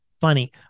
Funny